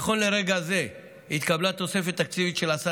נכון לרגע זה התקבלה תוספת תקציבית של 10